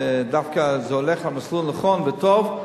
ודווקא זה הולך במסלול נכון וטוב,